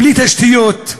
בלי תשתיות.